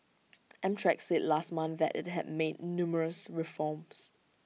amtrak said last month that IT had made numerous reforms